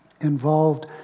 involved